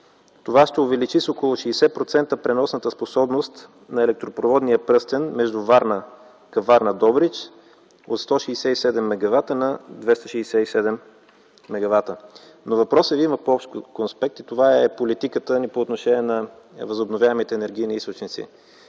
Това ще увеличи с около 60% преносната способност на електропроводния пръстен между Варна-Каварна-Добрич от 167 мегавата на 267 мегавата. Но въпросът Ви има по-общ конспект и това е политиката ни по отношение на възобновяемите енергийни източници.